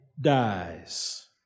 dies